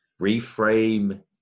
reframe